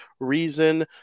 reason